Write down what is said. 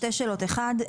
שתי שאלות: אחד,